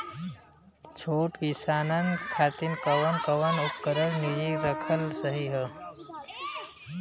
छोट किसानन खातिन कवन कवन उपकरण निजी रखल सही ह?